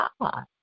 God